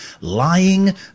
lying